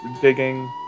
digging